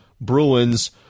Bruins